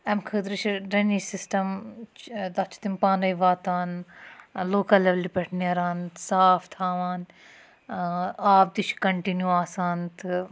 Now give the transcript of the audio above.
اَمہِ خٲطرٕ چھِ ڈرٛنیج سِسٹَم چھُ تَتھ چھِ تِم پانَے واتان لوکل لٮ۪ولہِ پٮ۪ٹھ نیران صاف تھاوان آب تہِ چھِ کَنٹِنیوٗ آسان تہٕ